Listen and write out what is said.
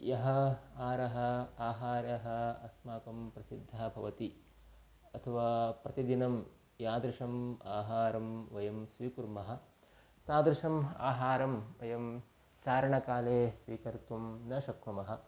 यः आहारः आहारः अस्माकं प्रसिद्धः भवति अथवा प्रतिदिनं यादृशम् आहारं वयं स्वीकुर्मः तादृशम् आहारं वयं चारणकाले स्वीकर्तुं न शक्नुमः